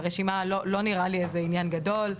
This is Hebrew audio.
הרשימה לא נראה לי איזה עניין גדול,